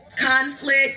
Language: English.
conflict